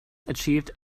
achieved